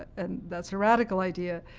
and that's a radical idea